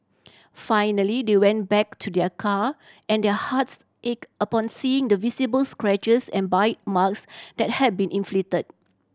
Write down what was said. finally they went back to their car and their hearts ached upon seeing the visible scratches and bite marks that had been inflicted